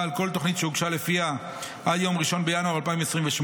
על כל תוכנית שהוגשה לפיה עד יום 1 בינואר 2028,